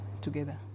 together